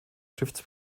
stifts